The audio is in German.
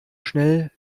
schnell